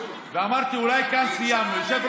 אבל לפיד שאל איפה הכסף.